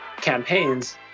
campaigns